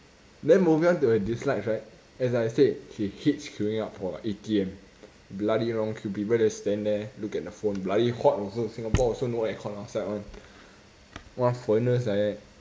then moving on to her dislikes right as I said she hates queuing up for A_T_M bloody long queue people just stand there look at the phone bloody hot also singapore also no aircon [one] outside [one] one furnace like that